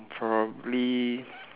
probably